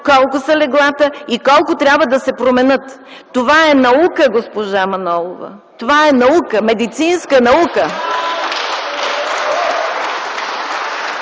колко са леглата и колко трябва да се променят. Това е наука, госпожо Манолова. Това е наука, медицинска наука!